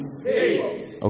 Okay